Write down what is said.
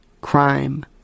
Crime